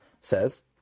says